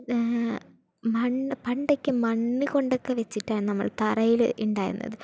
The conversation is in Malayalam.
മണ്ണ് പണ്ടൊക്കെ മണ്ണ് കൊണ്ടൊക്കെ വച്ചിട്ടാണ് നമ്മള് തറയില് ഉണ്ടായിരുന്നത്